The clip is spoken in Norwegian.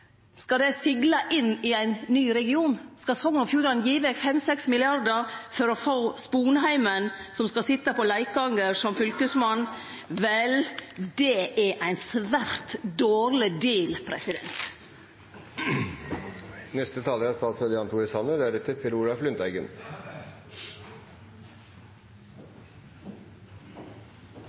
Skal det segle inn i ein ny region? Skal Sogn og Fjordane gi vekk 5–6 milliardar for å få Sponheimen, som skal sitje på Leikanger som fylkesmann? Vel, det er ein svært dårleg